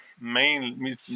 main